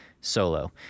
solo